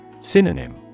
Synonym